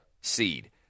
seed